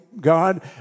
God